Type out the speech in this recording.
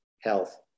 health